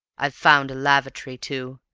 i've found a lavatory, too,